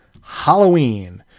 halloween